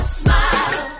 smile